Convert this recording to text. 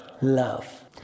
Love